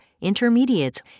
intermediates